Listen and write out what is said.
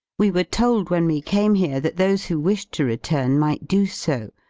we were told when we came here that those who wished to return might do so,